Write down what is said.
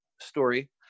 story